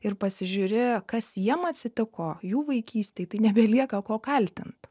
ir pasižiūri kas jiem atsitiko jų vaikystėj tai nebelieka ko kaltint